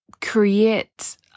create